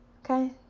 Okay